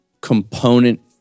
component